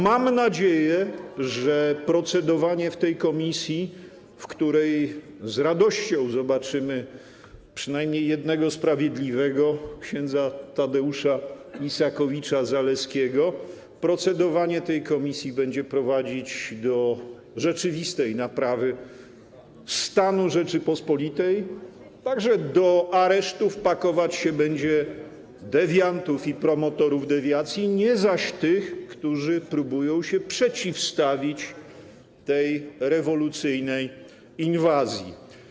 Mam nadzieję, że procedowanie w tej komisji, w której z radością zobaczymy przynajmniej jednego sprawiedliwego, ks. Tadeusza Isakowicza-Zaleskiego, będzie prowadzić do rzeczywistej naprawy stanu Rzeczypospolitej, tak że do aresztów pakować się będzie dewiantów i promotorów dewiacji, nie zaś tych, którzy próbują się przeciwstawić tej rewolucyjnej inwazji.